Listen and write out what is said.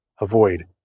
avoid